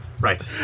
Right